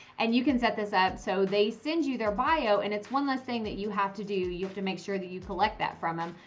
and you can set this up. so they send you their bio. and it's one less thing that you have to do you have to make sure that you collect that from them,